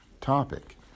topic